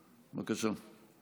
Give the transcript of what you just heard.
בבקשה.